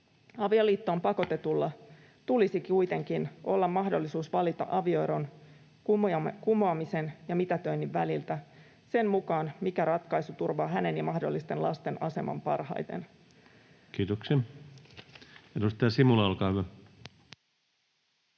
Avioliittoon pakotetulla tulisi kuitenkin olla mahdollisuus valita avioeron kumoamisen ja mitätöinnin väliltä sen mukaan, mikä ratkaisu turvaa hänen ja mahdollisten lasten aseman parhaiten. [Speech 95] Speaker: